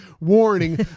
warning